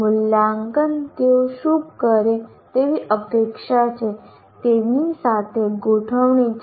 મૂલ્યાંકન તેઓ શું કરે તેવી અપેક્ષા છે તેની સાથે ગોઠવણી છે